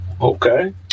okay